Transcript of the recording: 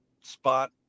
spot